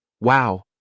Wow